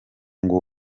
ngo